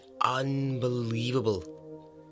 unbelievable